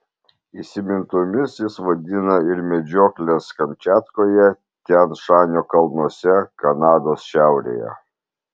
įsimintinomis jis vadina ir medžiokles kamčiatkoje tian šanio kalnuose kanados šiaurėje